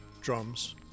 drums